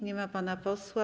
Nie ma pana posła.